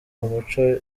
umuco